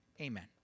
Amen